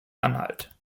anhalt